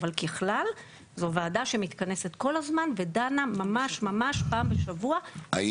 אבל ככלל זו ועדה שמתכנסת כל הזמן ודנה ממש ממש פעם בשבוע.